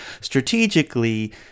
strategically